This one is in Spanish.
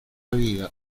vida